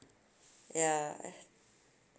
ya